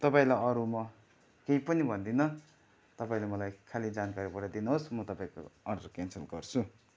तपाईँलाई अरू म केही पनि भन्दिनँ तपाईँले मलाई खालि जानकारी पठाइदिनुहोस् म तपाईँको अर्डर क्यान्सल गर्छु